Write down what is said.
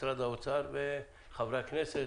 משרד האוצר וחברי הכנסת.